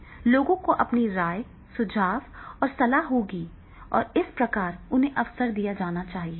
इस मामले में लोगों की अपनी राय सुझाव और सलाह होगी और इस प्रकार उन्हें अवसर दिया जाना चाहिए